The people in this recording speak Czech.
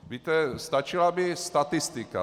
Víte, stačila by statistika.